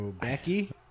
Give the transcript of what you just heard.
Becky